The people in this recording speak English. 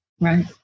Right